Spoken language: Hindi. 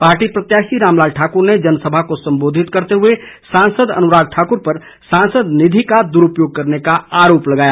पार्टी प्रत्याशी रामलाल ठाकुर ने जनसभा को सम्बोधित करते हुए सांसद अनुराग ठाकुर पर सांसद निधि का दुरूपयोग करने का आरोप लगाया